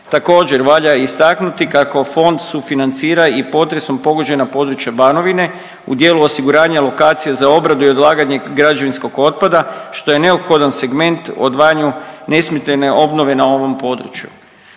Također, valja istaknuti kako fond sufinancira i potresom pogođena područja Banovine u dijelu osiguranja lokacije za obradu i odlaganje građevinskog otpada što je neophodan segment odvajanju nesmetane obnove na ovom području.